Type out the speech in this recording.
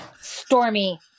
Stormy